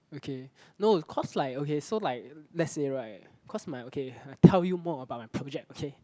okay no cause like okay so like let's say right cause my okay I tell you more about my project okay